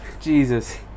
Jesus